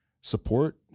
support